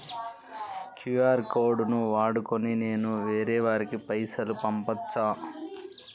QR code ను వాడుకొని నేను వేరే వారికి పైసలు పంపచ్చా?